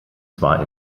zwar